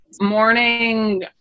morning